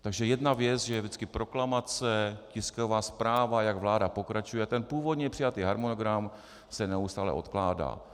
Takže jedna věc je vždycky proklamace, tisková zpráva, jak vláda pokračuje, a původně přijatý harmonogram se neustále odkládá.